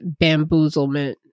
bamboozlement